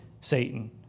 Satan